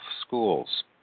schools